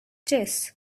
chess